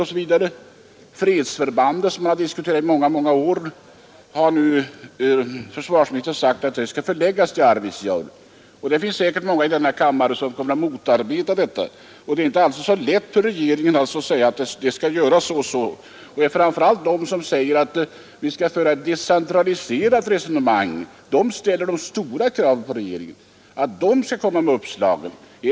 Beträffande det fredsförband vars förläggning man diskuterat under många år har nu försvarsministern sagt att det skall förläggas till Arvidsjaur. Det finns säkerligen många i denna kammare som kommer att motarbeta detta. Det är således inte alltid så lätt för regeringen att säga att det skall göras så och så. Och det är framför allt de som säger att vi skall föra en decentraliserande politik som ställer de stora kraven på regeringen och vill att den skall komma med uppslagen.